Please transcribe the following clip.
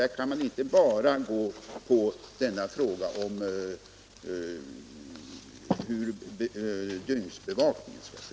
Då kan man inte bara ta hänsyn till denna fråga om hur dygnsbevakningen skall ske.